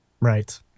Right